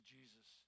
Jesus